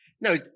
No